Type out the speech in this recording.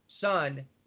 son